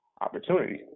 opportunities